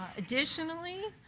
additionally,